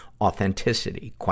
authenticity